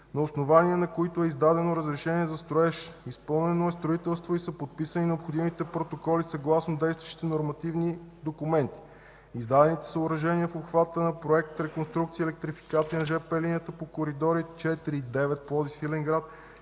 на основание на които е издадено разрешение за строеж, изпълнено е строителство и са подписани необходимите протоколи съгласно действащите нормативни документи. Изградените съоръжения в обхвата на Проект „Реконструкция и електрификация на линията в коридори 4 и 9 Пловдив – Свиленград”